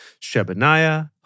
Shebaniah